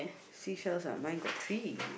seashells ah mine got three